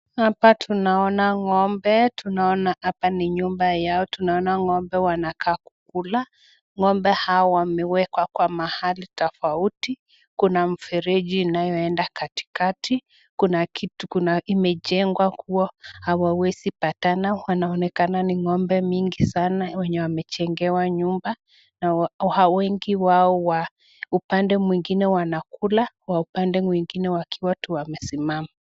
Hapa tunaona ng'ombe, tunaona hapa ni nyumba yao. Tunaona ng'ombe wanakaa kukula. Ng'ombe hawa wamewekwa kwa mahali tofauti. Kuna mfereji inayoenda katikati. Kuna kitu imejengwa kuwa hawawezi patana. Wanaonekana ni ng'ombe mingi sana wenye wamejengewa nyumba na wengi wao wa upande mwingine wanakula, wa upande mwingine wakiwa tu wamesimama.